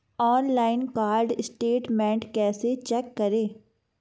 Online card statement कैसे check करें?